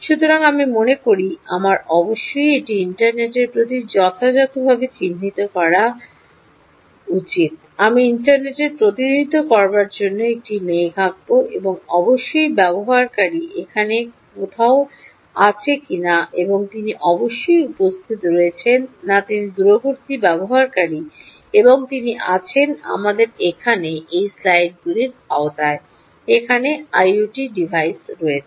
সুতরাং আমি মনে করি আমার অবশ্যই এটি ইন্টারনেটের প্রতি যথাযথভাবে চিহ্নিত করা উচিত আমি ইন্টারনেটের প্রতিনিধিত্ব করার জন্য একটি মেঘ আঁকব এবং অবশ্যই ব্যবহারকারী এখানে কোথাও ডানদিকে আছেন এবং তিনি অবশ্যই উপস্থিত রয়েছেন না তিনি দূরবর্তী ব্যবহারকারী এবং তিনি আছেন আমাদের এখানে এই স্লাইডগুলির আওতায় নেই এখানে আইওটি ডিভাইস রয়েছে